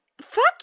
fuck